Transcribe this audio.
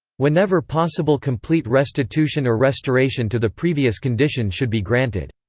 whenever possible complete restitution or restoration to the previous condition should be granted.